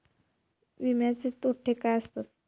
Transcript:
विमाचे तोटे काय आसत?